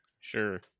sure